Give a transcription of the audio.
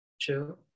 true